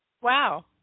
Wow